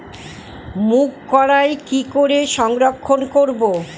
মুঘ কলাই কি করে সংরক্ষণ করব?